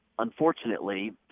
Unfortunately